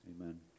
Amen